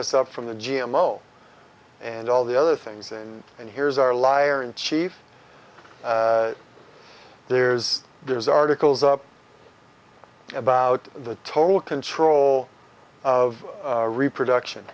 itself from the g m o and all the other things and and here's our liar in chief there's there's articles up about the total control of reproduction